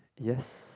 yes